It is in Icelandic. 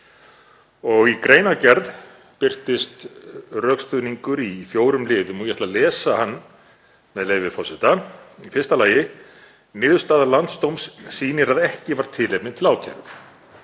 Í greinargerð birtist rökstuðningur í fjórum liðum og ég ætla að lesa hann, með leyfi forseta: „1. Niðurstaða landsdóms sýnir að ekki var tilefni til ákæru.